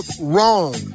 wrong